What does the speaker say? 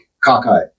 cockeyed